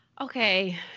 Okay